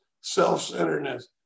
self-centeredness